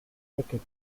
naked